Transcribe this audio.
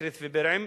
אקרית ובירעם,